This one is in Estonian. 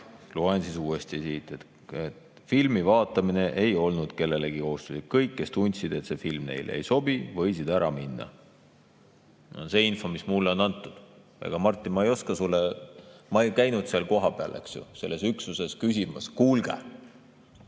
Loen siis uuesti ette: "Filmi vaatamine ei olnud kellelegi kohustuslik. Kõik, kes tundsid, et see film neile ei sobi, võisid ära minna." See on info, mis mulle on antud. Martin, ma ei oska sulle [rohkem öelda]. Ma ei käinud seal kohapeal, eks ju, selles üksuses küsimas: "Kuulge,